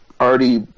already